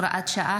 הוראת שעה),